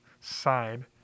side